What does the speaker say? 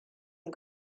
and